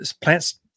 Plants